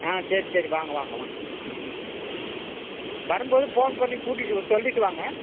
ஆ சரி சரி வாங்க வாங்க வாங்க ம் ம் வரும்போது ஃபோன் பண்ணி கூட்டிகிட்டு சொல்லிவிட்டு வாங்க